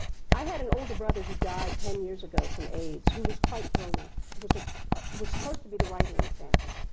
i had an older brother who died ten years ago from aids, who was quite brilliant. he ah was supposed to be the writer in the family.